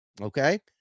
Okay